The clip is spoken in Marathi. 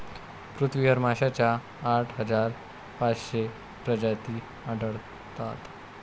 पृथ्वीवर माशांच्या आठ हजार पाचशे प्रजाती आढळतात